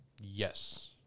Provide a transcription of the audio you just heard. Yes